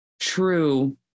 true